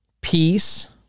peace